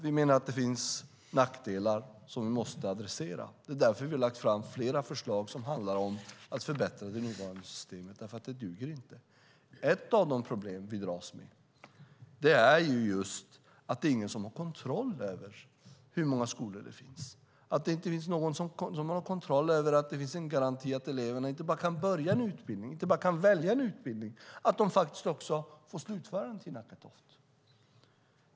Vi menar att det finns nackdelar som vi måste adressera. Det är därför vi har lagt fram flera förslag som handlar om att förbättra det nuvarande systemet, det duger inte. Ett av de problem vi dras med är att ingen har kontroll över hur många skolor det finns. Det finns ingen som har kontroll över att det finns en garanti att eleverna inte bara kan välja och börja en utbildning utan också får slutföra den, Tina Acketoft.